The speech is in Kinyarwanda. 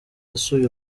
asuye